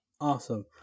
Awesome